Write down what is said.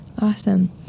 Awesome